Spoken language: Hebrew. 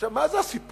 עכשיו, מה זה הסיפור?